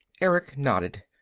erick nodded.